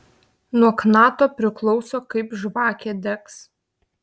nuo knato priklauso kaip žvakė degs